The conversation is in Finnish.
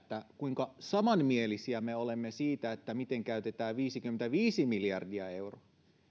kuinka samanmielisiä me olemme siitä miten käytetään viisikymmentäviisi miljardia euroa